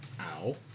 Ow